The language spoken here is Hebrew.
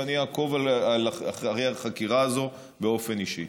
ואני אעקוב אחרי החקירה הזו באופן אישי.